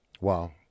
Wow